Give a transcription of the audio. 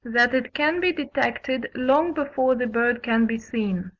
that it can be detected long before the bird can be seen.